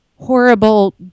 horrible